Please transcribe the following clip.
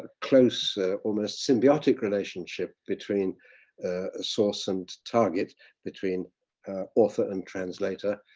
ah close almost symbiotic relationship between ah source and target between author and translator.